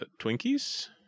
Twinkies